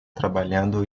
trabalhando